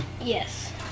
Yes